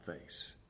face